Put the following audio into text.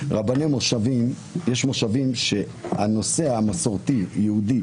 יש מושבים שהנושא המסורתי-יהודי